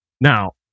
Now